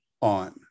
on